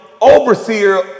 overseer